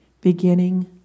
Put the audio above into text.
beginning